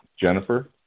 Jennifer